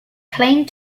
claimed